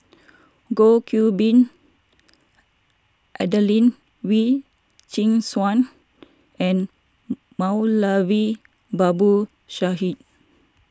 Goh Qiu Bin Adelene Wee Chin Suan and Moulavi Babu Sahib